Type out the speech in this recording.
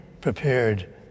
prepared